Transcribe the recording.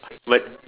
word